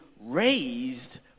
raised